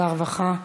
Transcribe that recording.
הרווחה והבריאות.